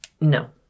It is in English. No